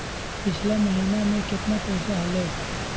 पिछला महीना मे कतना पैसवा हलय?